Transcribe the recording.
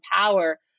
power